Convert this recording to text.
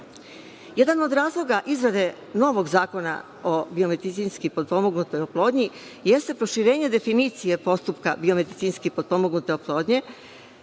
nauke. Jedan od razloga izrade novog Zakona o biomedicinski potpomognutoj oplodnji jeste proširenje definicije postupka biomedicinski potpomognute oplodnje